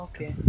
Okay